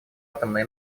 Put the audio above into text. атомной